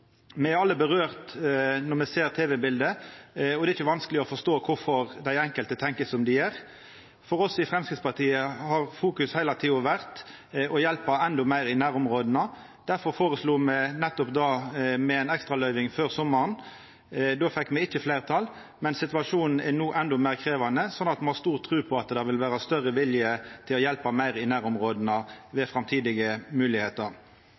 Me blir alle rørte når me ser tv-bilete, og det er ikkje vanskeleg å forstå kvifor dei enkelte tenkjer som dei gjer. For oss i Framstegspartiet har fokuset heile tida vore på å hjelpa endå meir i nærområda, og difor foreslo me nettopp det med ei ekstraløyving før sommaren. Då fekk me ikkje fleirtal for det, men situasjonen er no endå meir krevjande, så me har stor tru på at det vil vera større vilje til å hjelpa meir i nærområda